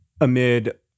amid